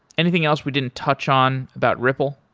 anything else we didn't touch on about ripple?